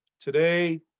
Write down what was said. Today